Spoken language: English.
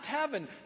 heaven